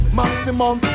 maximum